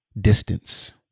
distance